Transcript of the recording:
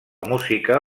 música